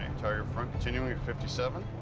and tire front, continuing at fifty seven.